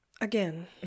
Again